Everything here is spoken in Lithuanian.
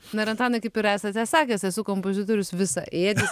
na ir antantai kaip ir esate sakęs esu kompozitorius visaėdis